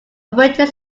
operating